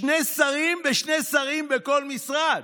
שני שרים ושני סגנים בכל משרד: